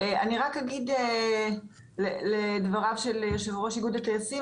רק אגיב לדבריו של יושב-ראש איגוד הטייסים,